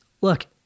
look